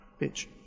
Bitch